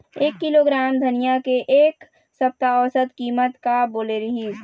एक किलोग्राम धनिया के एक सप्ता औसत कीमत का बोले रीहिस?